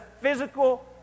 physical